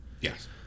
Yes